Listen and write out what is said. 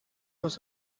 was